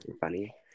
funny